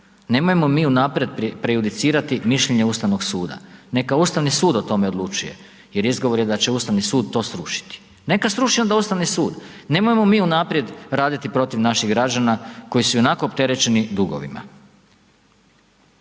Nemojmo mi unaprijed prejudicirati mišljenje Ustavnog suda, neka Ustavni sud o tome odlučuje jer izgovor je da će Ustavni sud to srušiti. Neka sruši onda Ustavni sud, nemojmo mi unaprijed raditi protiv naših građana koji su ionako opterećeni dugovima.